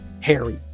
harry